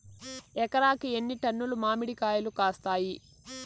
ఎకరాకి ఎన్ని టన్నులు మామిడి కాయలు కాస్తాయి?